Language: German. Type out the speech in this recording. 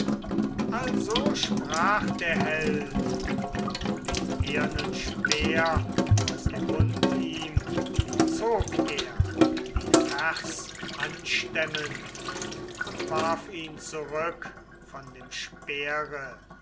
also sprach der held und den ehernen speer aus der wund ihm zog er die fers anstemmend und warf ihn zurück von dem speere